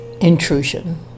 intrusion